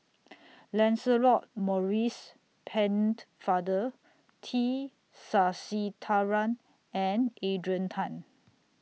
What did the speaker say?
Lancelot Maurice Pennefather T Sasitharan and Adrian Tan